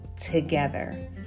together